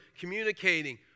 communicating